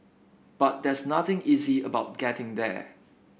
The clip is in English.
but there's nothing easy about getting there